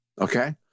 Okay